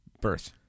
birth